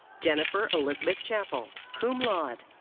jennifer elizabeth chappell, cum laude.